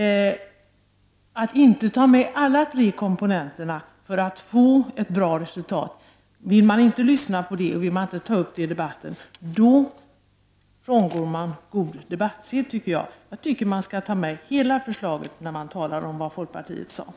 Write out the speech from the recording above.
Den som inte vill lyssna på och diskutera argumentet att ta med alla dessa tre komponenter för att uppnå ett bra resultat frångår god debattsed. Jag tycker att man skall ta med hela förslaget när man talar om vad folkpartiet sade.